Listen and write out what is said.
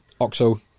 Oxo